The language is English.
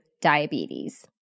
diabetes